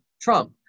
Trump